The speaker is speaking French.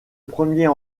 premier